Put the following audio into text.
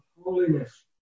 holiness